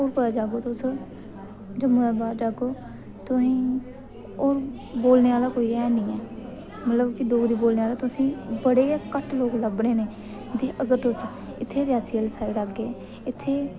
होर कुतै जाह्गे ओ तुस जम्मू दे बाह्र जाह्गे ओह् तुसें गी होर बोलने आह्ला कोई ऐ निं ऐ मतलब कि डोगरी बोलने आह्ले तुसें गी बड़े गै घट्ट लोग लब्भने न ते अगर तुस इत्थै रियासी आह्ली साइड औगे इत्थै